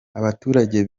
abaturage